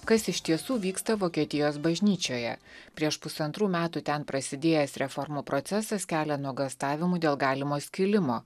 kas iš tiesų vyksta vokietijos bažnyčioje prieš pusantrų metų ten prasidėjęs reformų procesas kelia nuogąstavimų dėl galimo skilimo